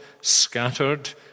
scattered